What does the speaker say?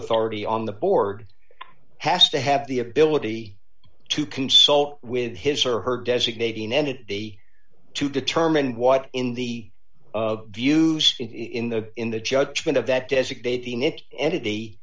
authority on the board has to have the ability to consult with his or her designating entity to determine what in the views in the in the judgment of that designating it entity